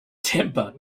temper